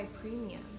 Premium